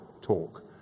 talk